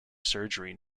surgery